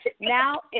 now